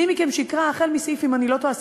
מי מכם שיקרא, אם אני לא טועה,